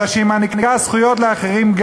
אלא שהיא מעניקה זכויות גם לאחרים.